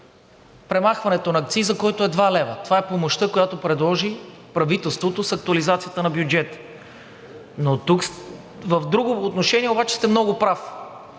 премахването на акциза, който е 2 лв. Това е помощта, която предложи правителството с актуализацията на бюджета. В друго отношение обаче сте много прав.